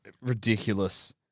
ridiculous